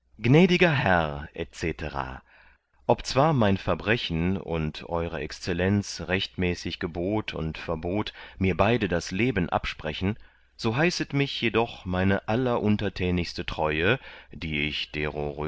obzwar mein verbrechen und e exzell rechtmäßig gebot und verbot mir beide das leben absprechen so heißet mich jedoch meine alleruntertänigste treue die ich